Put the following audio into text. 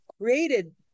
created